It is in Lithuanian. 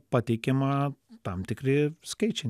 pateikiama tam tikri skaičiai